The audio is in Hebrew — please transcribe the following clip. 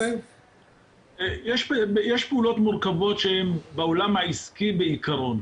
יש פעולות מורכבות שהן בעולם העסקי בעקרון,